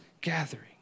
gathering